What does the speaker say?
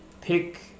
pick